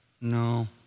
No